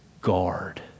Guard